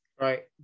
Right